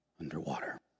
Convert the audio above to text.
underwater